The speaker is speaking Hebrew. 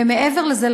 ומעבר לזה,